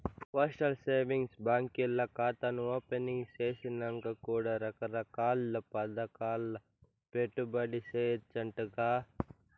postal savings బాంకీల్ల కాతాను opening సేసినంక కూడా రకరకాల్ల పదకాల్ల పెట్టుబడి సేయచ్చంటగా